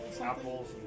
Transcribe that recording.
Apples